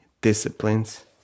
disciplines